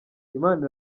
imana